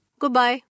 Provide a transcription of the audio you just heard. Goodbye